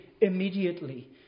immediately